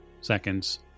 seconds